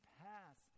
past